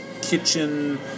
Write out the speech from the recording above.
kitchen